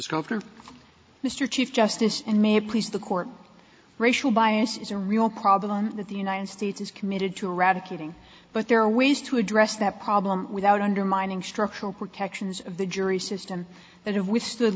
skulker mr chief justice and may please the court racial bias is a real problem that the united states is committed to eradicating but there are ways to address that problem without undermining structural protections of the jury system that have withstood